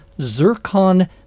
zircon